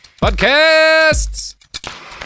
Podcasts